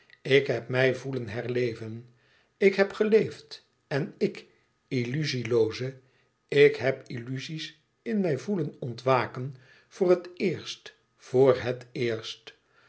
ik heb mij voelen herleven ik heb geleefd en ik illuzie looze ik heb illuzie's in mij voelen ontwaken voor het eerst voor het éérst